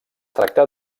tracta